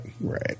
Right